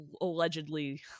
allegedly